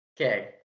Okay